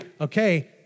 okay